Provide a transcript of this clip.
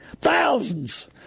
Thousands